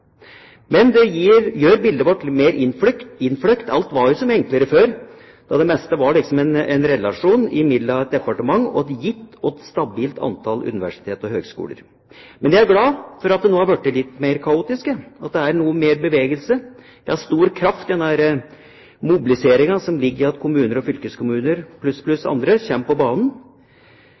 Men det gjør bildet vårt mer innfløkt. Alt var jo så mye enklere før, da det meste var en relasjon mellom et departement og et gitt og stabilt antall universiteter og høgskoler. Men jeg er glad for at det nå er blitt litt mer kaotisk, at det er noe mer bevegelse. Det er stor kraft i den mobiliseringen som ligger i at kommuner og fylkeskommuner pluss andre kommer på banen.